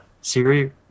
siri